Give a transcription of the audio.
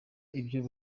ibyo